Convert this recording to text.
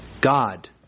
God